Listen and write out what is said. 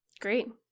Great